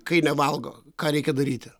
kai nevalgo ką reikia daryti